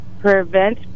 prevent